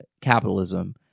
capitalism